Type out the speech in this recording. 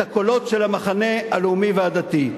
את הקולות של המחנה הלאומי והדתי.